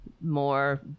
More